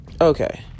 Okay